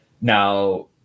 Now